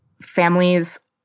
families